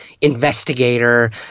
investigator